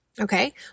Okay